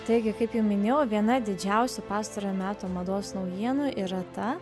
taigi kaip jau minėjau viena didžiausių pastarojo meto mados naujienų yra ta